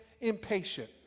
impatient